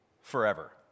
forever